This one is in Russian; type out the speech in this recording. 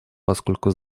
поскольку